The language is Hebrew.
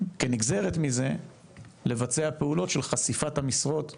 כנגזרת מזה לבצע פעולות של חשיפת המשרות לעולים,